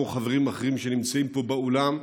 כמו חברים אחרים שנמצאים פה באולם,